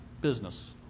business